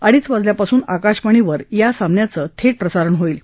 अडीच वाजल्यापासून आकाशवाणीवर या सामन्याचं थेट प्रसारण होईल